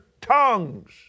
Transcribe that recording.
tongues